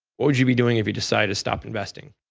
what would you be doing if you decide to stop investing?